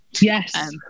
Yes